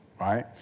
right